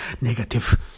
negative